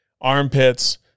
Armpits